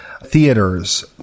theaters